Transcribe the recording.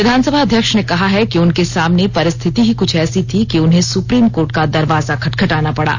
विधानसभा अध्यक्ष ने कहा है कि उनके सामने परिस्थिति ही कुछ ऐसी थी कि उन्हें सुप्रीम कोर्ट का दरवाजा खटखटाना पड़ा